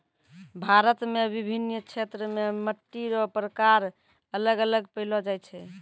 भारत मे विभिन्न क्षेत्र मे मट्टी रो प्रकार अलग अलग पैलो जाय छै